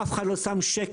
אף אחד לא שם שקל.